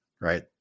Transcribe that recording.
Right